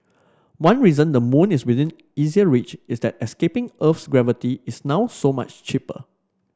one reason the moon is within easier reach is that escaping Earth's gravity is now so much cheaper